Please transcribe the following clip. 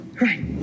Right